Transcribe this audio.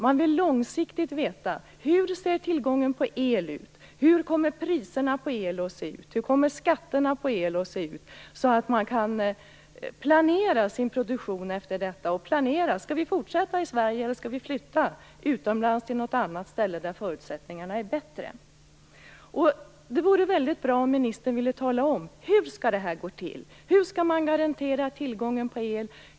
Man vill långsiktigt veta: Hur ser tillgången på el ut? Hur kommer priserna på el att se ut? Hur kommer skatterna på el att se ut? Man måste kunna planera sin produktion efter detta för att se om man skall fortsätta i Sverige eller flytta utomlands till någon plats där förutsättningarna är bättre. Det vore mycket bra om ministern ville tala om hur detta skall gå till. Hur skall man garantera tillgången på el?